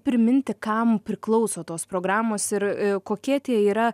priminti kam priklauso tos programos ir kokie tie yra